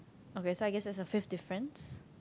okay so I guess that's a fifth difference